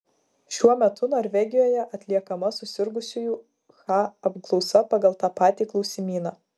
šiuo metu norvegijoje atliekama susirgusiųjų ha apklausa pagal tą patį klausimyną